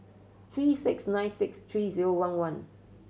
three six nine six three zero one one